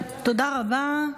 תודה רבה.